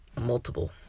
multiple